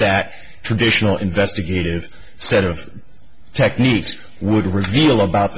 that traditional investigative set of techniques would reveal about